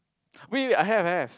wait wait I have I have